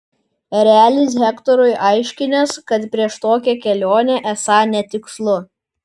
erelis hektorui aiškinęs kad prieš tokią kelionę esą netikslu